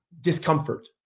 discomfort